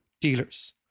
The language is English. dealers